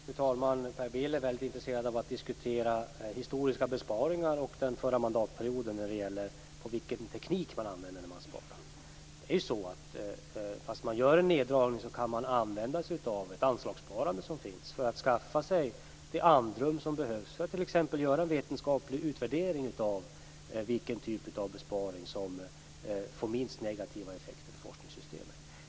Fru talman! Per Bill är väldigt intresserad av att diskutera historiska besparingar och den förra mandatperioden när det gäller vilken teknik man använde när man sparade. Det är ju så att fast man gör en neddragning kan man använda sig av ett anslagssparande som finns för att skaffa sig det andrum som behövs för att t.ex. göra en vetenskaplig utvärdering av vilken typ av besparing som får minst negativa effekter för forskningssystemet.